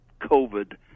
COVID